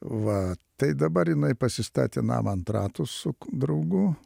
va tai dabar jinai pasistatė namą ant ratų su draugu